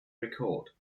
recalled